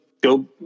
go